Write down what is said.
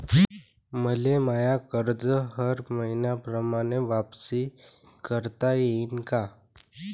मले माय कर्ज हर मईन्याप्रमाणं वापिस करता येईन का?